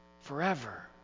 forever